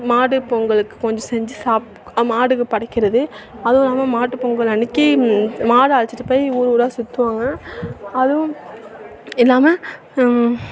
மாடு பொங்கலுக்குக் கொஞ்சம் செஞ்சு சாப் மாட்டுக்குப் படைக்கிறது அதுவும் இல்லாமல் மாட்டுப்பொங்கல் அன்றைக்கு மாடை அழைச்சிட்டு போய் ஊர் ஊராக சுற்றுவாங்க அதுவும் இல்லாமல்